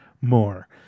more